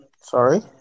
Sorry